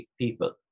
people